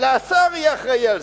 אלא השר יהיה אחראי לזה.